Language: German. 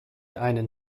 einen